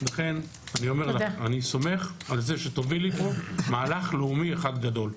לכן אני אומר לך: אני סומך על זה שתובילי פה מהלך לאומי אחד גדול.